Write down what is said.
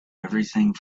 everything